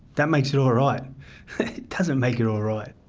that makes it all right. it doesn't make it all right.